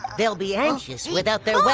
they'll be anxious without their weap